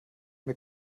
mir